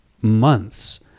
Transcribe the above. months